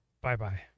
Bye-bye